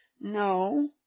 No